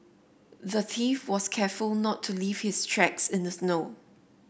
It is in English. the thief was careful not to leave his tracks in the snow